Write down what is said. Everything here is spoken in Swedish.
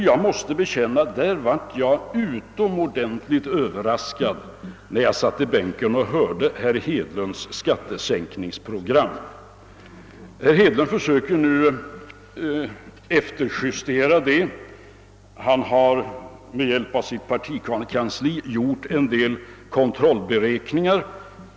Jag måste bekänna att jag blev utomordentligt överraskad när jag satt i bänken och hörde herr Hedlunds skattesänkningsprogram. Herr Hedlund försöker nu efterjustera detta. Han har med hjälp av sitt partikansli gjort en del kontrollberäkningar.